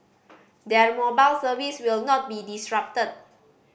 their mobile service will not be disrupted